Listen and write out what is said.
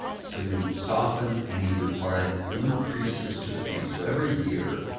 to soften any required increases to the fees. so every year,